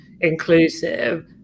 inclusive